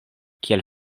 kiel